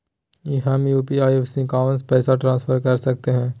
हम यू.पी.आई शिवांश पैसा ट्रांसफर कर सकते हैं?